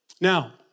Now